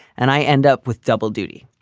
and i end up with double duty.